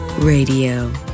Radio